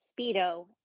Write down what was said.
speedo